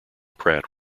pratt